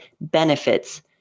benefits